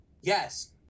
yes